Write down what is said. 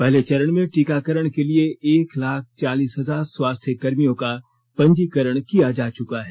पहले चरण में टीकाकरण के लिए एक लाख चालीस हजार स्वास्थ्यकर्मियों का पंजीकरण किया जा चुका है